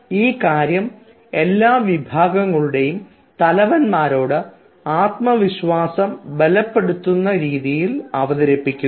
ഈ കാര്യം എല്ലാ വിഭാഗങ്ങളുടെയും തലവൻമാരോട് ആത്മവിശ്വാസം ബലപ്പെടുത്തുന്ന രീതിയിൽ അവതരിപ്പിക്കുന്നു